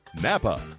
Napa